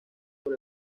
por